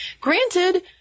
Granted